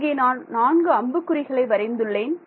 இங்கே நான் நான்கு அம்புக் குறிகளை வரைந்துள்ளேன்